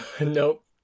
nope